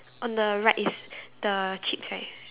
on the right is the cheeks right